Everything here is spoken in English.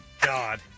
God